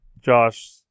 Josh